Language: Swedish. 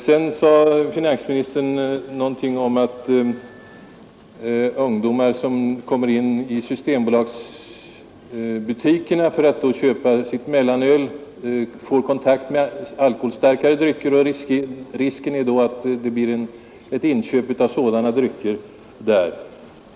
Sedan sade finansministern någonting om att ungdomar som kommer in i Systembolagsbutiker för att köpa sitt mellanöl får kontakt med alkoholstarkare drycker där och att risken då finns att det blir inköp också av sådana drycker.